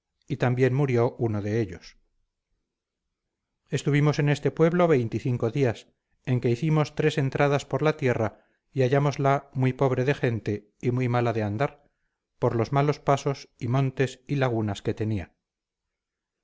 y también murió uno de ellos estuvimos en este pueblo veinte y cinco días en que hicimos tres entradas por la tierra y hallámosla muy pobre de gente y muy mala de andar por los malos pasos y montes y lagunas que tenía